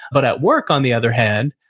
but at work, on the other hand,